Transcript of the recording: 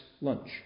lunch